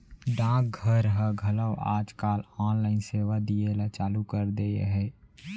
डाक घर ह घलौ आज काल ऑनलाइन सेवा दिये ल चालू कर दिये हे